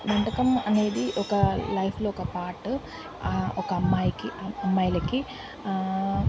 వంటకం అనేది ఒక లైఫ్లో ఒక పార్ట్ ఒక అమ్మాయికి అమ్మాయిలకి